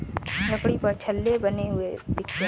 लकड़ी पर छल्ले बने हुए दिखते हैं